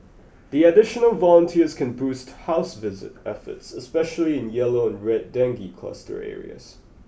the additional volunteers can boost house visit efforts especially in yellow and red dengue cluster areas